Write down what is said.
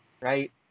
right